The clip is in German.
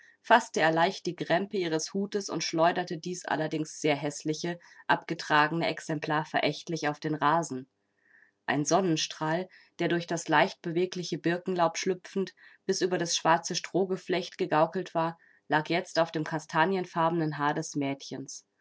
faßte er leicht die krempe ihres hutes und schleuderte dies allerdings sehr häßliche abgetragene exemplar verächtlich auf den rasen ein sonnenstrahl der durch das leichtbewegliche birkenlaub schlüpfend bisher über das schwarze strohgeflecht gegaukelt war lag jetzt auf dem kastanienfarbenen haar des mädchens